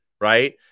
right